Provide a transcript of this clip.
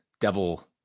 devil